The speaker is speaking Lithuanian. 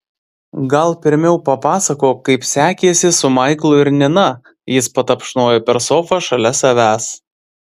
gal pirmiau papasakok kaip sekėsi su maiklu ir nina jis patapšnojo per sofą šalia savęs